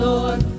Lord